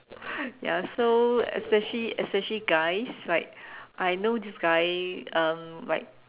ya so especially especially guys like I know this guy um like